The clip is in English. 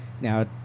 Now